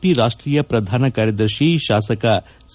P ರಾಷ್ಟೀಯ ಪ್ರಧಾನ ಕಾರ್ಯದರ್ಶಿ ಶಾಸಕ ಸಿ